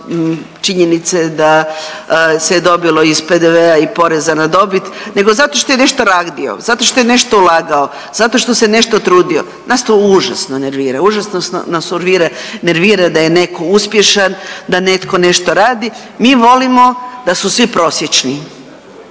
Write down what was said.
činjenice da se dobilo iz PDV-a i poreza na dobit nego zato što je nešto radio, zato što je nešto ulagao, zato što se nešto trudio, nas to užasno nervira, užasno nas nervira da je neko uspješan, da netko nešto radi, mi volimo da su svi prosječni.